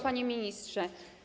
Panie Ministrze!